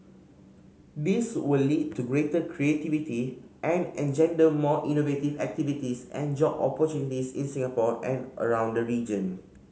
this will lead to greater creativity and engender more innovative activities and job opportunities in Singapore and around the region